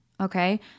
okay